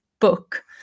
Book